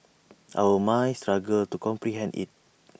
our minds struggle to comprehend IT